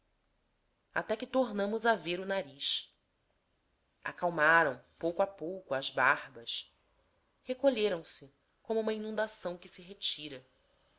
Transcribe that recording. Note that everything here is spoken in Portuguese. até que tornamos a ver o nariz acalmaram pouco a pouco as barbas recolheram-se como uma inundação que se retira